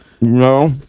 No